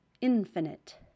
infinite